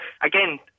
again